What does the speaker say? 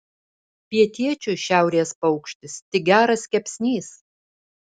pietiečiui šiaurės paukštis tik geras kepsnys